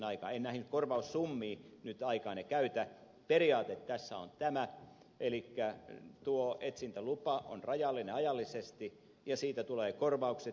en näihin korvaussummiin nyt aikaanne käytä periaate tässä on tämä elikkä tuo etsintälupa on rajallinen ajallisesti ja siitä tulee korvaukset